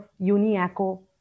Uniaco